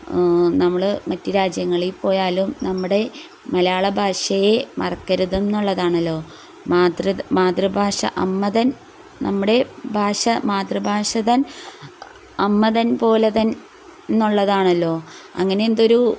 നമ്മൾ മറ്റു രാജ്യങ്ങളിൽപ്പോയാലും നമ്മുടെ മലയാളഭാഷയെ മറക്കരുതെന്നുള്ളതാണല്ലോ മാതൃ മാതൃഭാഷ അമ്മതൻ നമ്മുടെ ഭാഷ മാതൃഭാഷതൻ അമ്മതൻ പോലെതൻ എന്നുള്ളതാണല്ലോ അങ്ങനെ എന്തൊരു